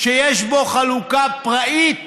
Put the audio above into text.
שיש בו חלוקה פראית